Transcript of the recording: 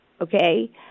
Okay